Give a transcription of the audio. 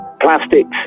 plastics